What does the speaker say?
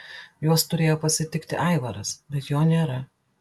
juos turėjo pasitikti aivaras bet jo nėra